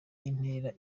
intera